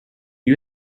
you